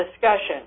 discussion